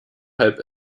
halb